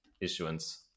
issuance